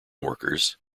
workers